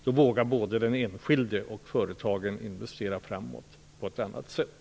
Då vågade både den enskilde och företagen investera på ett annat sätt.